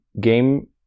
game